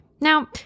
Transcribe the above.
Now